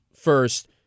First